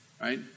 Right